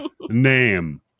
Name